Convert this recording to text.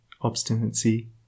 obstinacy